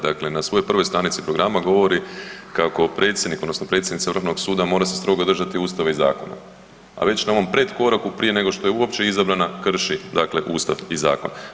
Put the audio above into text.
Dakle, na svojoj 1. stranici programa kako predsjednik odnosno predsjednica Vrhovnog suda mora se strogo držati Ustava i zakona a već na ovom predkoraku prije nego što je uopće izabrana, krši dakle Ustav i zakon.